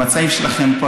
המצעים שלכם פה,